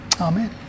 Amen